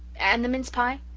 and the mince-pie?